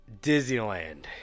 Disneyland